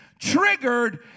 triggered